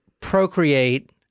procreate